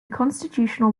constitutional